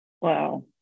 Wow